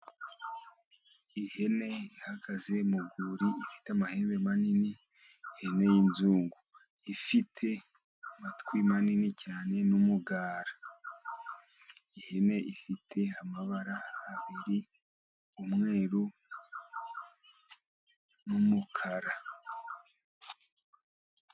Ihene ihagaze mu rwuri ifite amahembe manini , ihene y'inzungu ifite amatwi manini cyane n'umugara , ihene ifite amabara abiri umweru n'umukara.